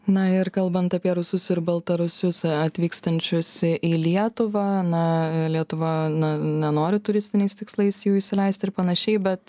na ir kalbant apie rusus ir baltarusius atvykstančius į lietuvą na lietuva na nenori turistiniais tikslais jų įsileisti ir panašiai bet